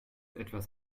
etwas